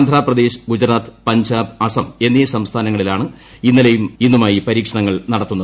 ആന്ധ്രപ്രദേശ് ഗുജറാത്ത് പഞ്ചാബ് അസം എന്നീ സംസ്ഥാനങ്ങളിലാണ് ഇന്നലെയും ഇന്നുമായി പരീക്ഷണങ്ങൾ നടത്തുന്നത്